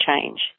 change